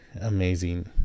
amazing